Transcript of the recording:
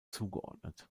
zugeordnet